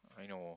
I know